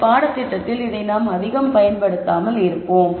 இந்த பாடத்திட்டத்தில் இதை நாம் அதிகம் பயன்படுத்தாமல் இருப்போம்